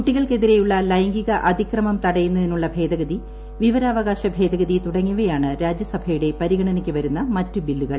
കുട്ടികൾക്കെതിരെയുള്ള ലൈംഗിക അതിക്രമം തടയുന്നതിനുള്ള ഭേദഗതി വിവരാവകാശ ഭേദഗതി തുടങ്ങിയവയാണ് രാജ്യസഭയുടെ പരിഗണനയ്ക്ക് വരുന്ന മറ്റ് ബില്ലുകൾ